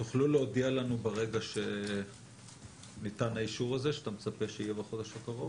תוכלו להודיע לנו ברגע שיינתן האישור הזה שאתה מצפה שיהיה בחודש הקרוב?